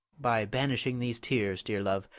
by banishing these tears, dear love,